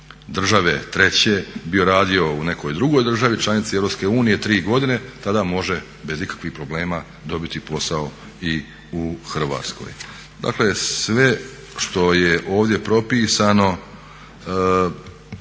države treće radio u nekoj drugoj državi članici Europske unije 3 godine tada može bez ikakvih problema dobiti posao i u Hrvatskoj. Dakle sve što je ovdje propisano